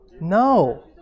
No